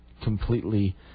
completely